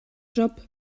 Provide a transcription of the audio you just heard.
job